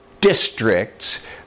districts